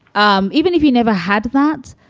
um even if you never had that.